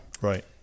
Right